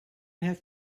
have